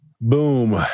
Boom